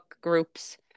groups